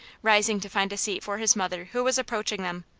rising to find a seat for his mother who was approaching them.